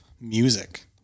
music